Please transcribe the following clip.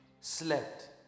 slept